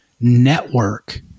network